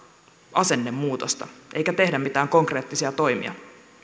asennemuutosta eikä tehdä mitään konkreettisia toimia